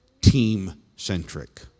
team-centric